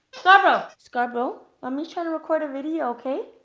scarborough. scarborough, mommy's trying to record a video, okay?